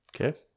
Okay